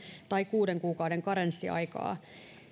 tai kuuden kuukauden karenssiaikaa